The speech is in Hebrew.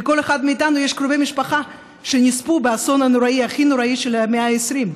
לכל אחד מאיתנו יש קרובי משפחה שנספו באסון הכי נוראי של המאה ה-20,